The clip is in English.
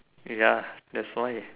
ya that's why